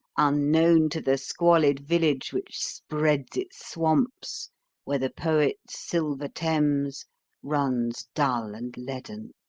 unknown to the squalid village which spreads its swamps where the poet's silver thames runs dull and leaden.